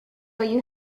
you